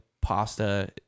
pasta